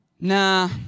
Nah